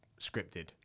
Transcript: scripted